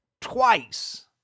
twice